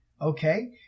okay